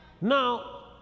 Now